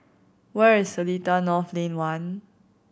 where is Seletar North Lane One